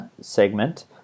segment